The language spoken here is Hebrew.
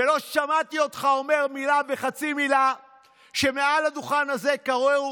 ולא שמעתי אותך אומר מילה וחצי מילה כשמעל הדוכן הזה קראו